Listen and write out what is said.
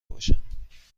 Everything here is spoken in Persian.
باشم